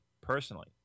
personally